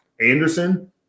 Anderson